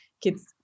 kids